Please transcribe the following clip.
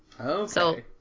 Okay